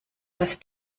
das